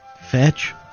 Fetch